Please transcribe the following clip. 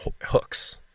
hooks